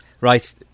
Right